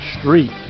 Street